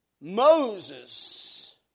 Moses